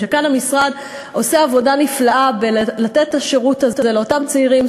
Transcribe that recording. וכאן המשרד עושה עבודה נפלאה בלתת את השירות הזה לאותם צעירים,